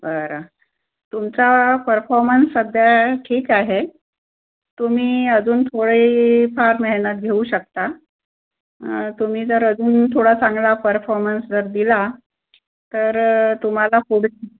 बरं तुमचा परफॉर्मन्स सध्या ठीक आहे तुम्ही अजून थोडी फार मेहनत घेऊ शकता तुम्ही जर अजून थोडा चांगला परफॉर्मन्स जर दिला तर तुम्हाला पुढे